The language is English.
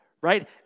right